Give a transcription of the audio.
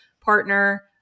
partner